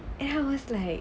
and I was like